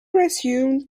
resume